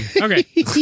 Okay